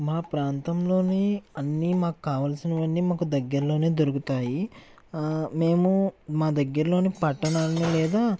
మా ప్రాంతంలోని అన్నీ మాకు కావలసినవన్నీ మాకు దగ్గర్లోనే దొరుకుతాయి మేము మా దగ్గరలోని పట్టణాను లేదా